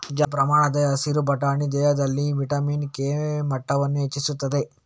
ಜಾಸ್ತಿ ಪ್ರಮಾಣದ ಹಸಿರು ಬಟಾಣಿ ದೇಹದಲ್ಲಿ ವಿಟಮಿನ್ ಕೆ ಮಟ್ಟವನ್ನ ಹೆಚ್ಚಿಸ್ತದೆ